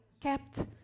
kept